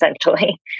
essentially